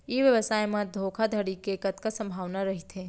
ई व्यवसाय म धोका धड़ी के कतका संभावना रहिथे?